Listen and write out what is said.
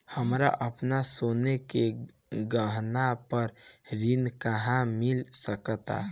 हमरा अपन सोने के गहना पर ऋण कहां मिल सकता?